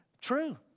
True